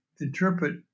interpret